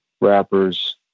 rappers